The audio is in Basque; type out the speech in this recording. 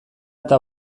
eta